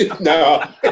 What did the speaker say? No